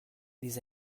des